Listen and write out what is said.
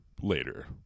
later